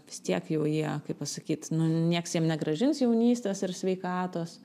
vis tiek jau jie kaip pasakyt nu nieks jam negrąžins jaunystės ir sveikatos